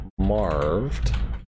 marved